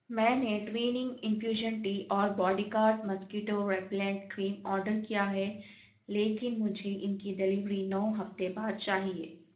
میں نے Twinings infusion tea اور body guard mosquito repellent cream order کیا ہے لیکن مجھے ان کی ڈلیوری نو ہفتے بعد چاہیے